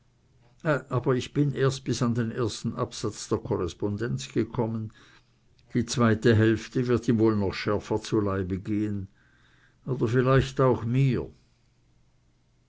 aber ich bin erst bis an den ersten absatz der korrespondenz gekommen die zweite hälfte wird ihm wohl noch schärfer zu leibe gehen oder vielleicht auch mir